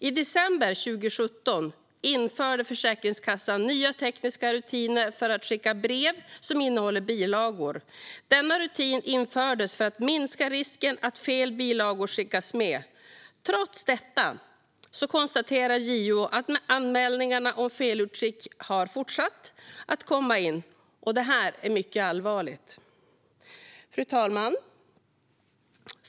I december 2017 införde Försäkringskassan nya tekniska rutiner för att skicka brev som innehåller bilagor. Denna rutin infördes för att minska risken att fel bilagor skickas med. Trots detta konstaterar JO att anmälningar om felutskick har fortsatt komma in. Detta är mycket allvarligt. Fru talman!